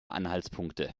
anhaltspunkte